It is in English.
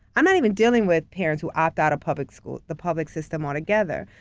i'm not even dealing with parents who opt out of public schools, the public system altogether,